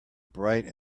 bright